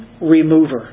remover